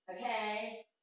okay